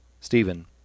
Stephen